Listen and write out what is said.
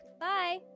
Bye